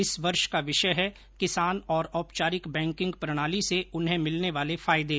इस वर्ष का विषय है किसान और औपचारिक बैकिंग प्रणाली से उन्हें मिलने वाले फायदे